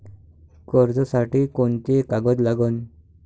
कर्जसाठी कोंते कागद लागन?